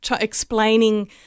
explaining